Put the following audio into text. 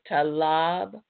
Talab